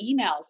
emails